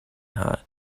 hot